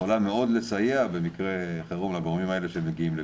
יכולה לסייע מאוד במקרי חירום לגורמים האלה שמגיעים לבניינים.